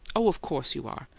oh, of course you are!